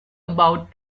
about